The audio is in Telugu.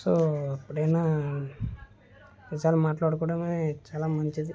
సో ఎప్పుడైనా నిజాలు మాట్లాడుకోవడమే చాలా మంచిది